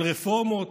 על רפורמות,